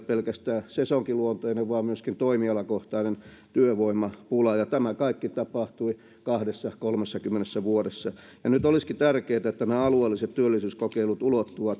pelkästään sesonkiluonteinen vaan myöskin toimialakohtainen työvoimapula ja ja tämä kaikki tapahtui kahdessa kolmessakymmenessä vuodessa ja nyt olisikin tärkeätä että nämä alueelliset työllisyyskokeilut ulottuvat